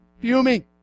fuming